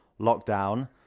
lockdown